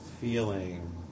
feeling